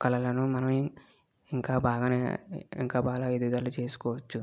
కళలను మనమే ఇంకా బాగా ఇంకా బాగా ఎదుగుదల చేసుకోవచ్చు